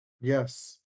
Yes